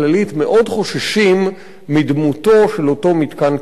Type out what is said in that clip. מאוד חוששים מדמותו של אותו מתקן כליאה,